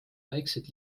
väikesed